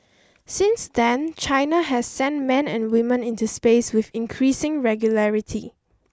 since then China has sent men and women into space with increasing regularity